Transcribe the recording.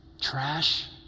trash